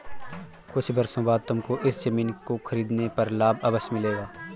कुछ वर्षों बाद तुमको इस ज़मीन को खरीदने पर लाभ अवश्य मिलेगा